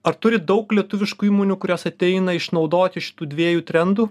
ar turi daug lietuviškų įmonių kurios ateina išnaudoti šitų dviejų trendų